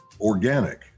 organic